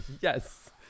Yes